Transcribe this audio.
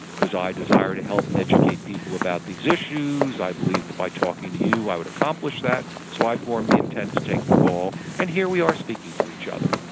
because i desire to help educate people about these issues, i believe that by talking to you i would accomplish that, so i formed the intent to take the call, and here we are speaking to each other.